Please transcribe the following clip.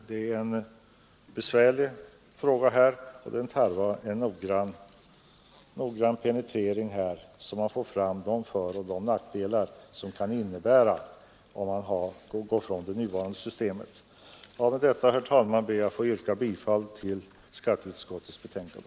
Det är en besvärlig fråga, och den tarvar en noggrann penetrering så att man får fram de föroch nackdelar som det kan innebära att gå ifrån det nuvarande systemet. Med detta, herr talman, ber jag att få yrka bifall till skatteutskottets betänkande.